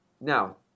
Now